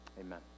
Amen